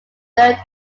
third